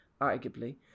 arguably